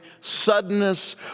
suddenness